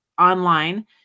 online